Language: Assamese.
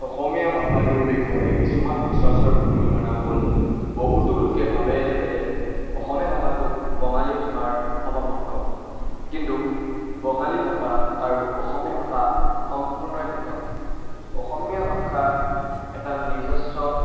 অসমীয়া ভাষাটোৰ বিষয়ে কিছুমান সচৰাচৰ ভুল ধাৰণা হ'ল বহুতো লোকে ভাবে যে অসমীয়া ভাষাটো বঙালী ভাষাৰ অপাৱংশ কিন্তু বঙালী ভাষা আৰু অসমীয়া ভাষা সম্পূৰ্ণই পৃথক অসমীয়া ভাষাৰ এটা নিজস্ব